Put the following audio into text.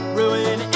ruin